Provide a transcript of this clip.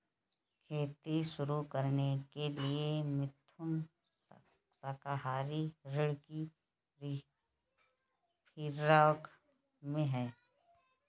खेती शुरू करने के लिए मिथुन सहकारी ऋण की फिराक में है